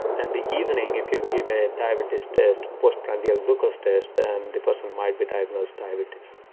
and the evening, if you give a diabetes test, postprandial glucose test, then, the person might be diagnosed diabetes